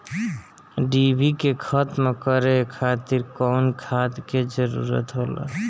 डिभी के खत्म करे खातीर कउन खाद के जरूरत होला?